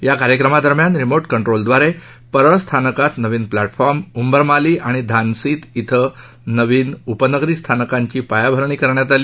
या कार्यक्रमादरम्यान रिमोट कंट्रोलद्वारे परळ स्थानकात नवीन प्लॅटफॉर्म उंबरमाली आणि धानसीत धिं नवीन उपनगरी स्थानकांची पायाभरणी करण्यात आली